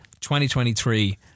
2023